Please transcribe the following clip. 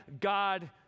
God